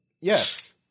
Yes